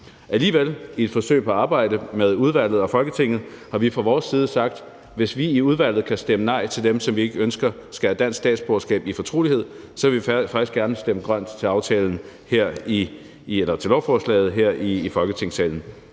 Alligevel har vi i et forsøg på at arbejde med udvalget og Folketinget fra vores side sagt, at hvis vi i udvalget i fortrolighed kan stemme nej til dem, som vi ikke ønsker skal have dansk statsborgerskab, så vil vi faktisk gerne stemme grønt til lovforslaget her i Folketingssalen.